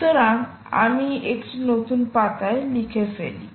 সুতরাং আমি একটি নতুন পাতায় লিখে ফেলি